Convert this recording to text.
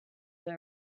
that